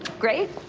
great,